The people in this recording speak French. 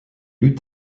eut